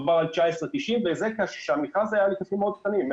מדובר על 19.90 וזה כשהמכרז היה להיקפים מאוד קטנים,